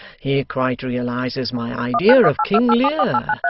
he quite realises my idea of king lear,